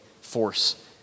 force